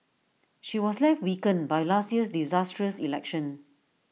she was left weakened by last year's disastrous election